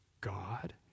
God